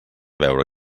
veure